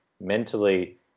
mentally